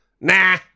nah